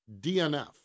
DNF